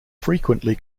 frequently